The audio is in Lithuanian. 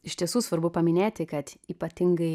iš tiesų svarbu paminėti kad ypatingai